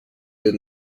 did